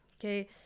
okay